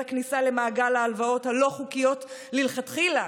הכניסה למעגל ההלוואות הלא-חוקיות מלכתחילה,